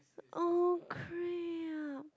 oh crap